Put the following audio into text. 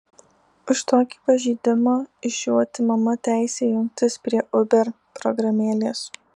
už tokį pažeidimą iš jų atimama teisė jungtis prie uber programėlės